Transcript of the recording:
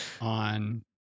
on